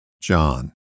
John